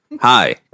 hi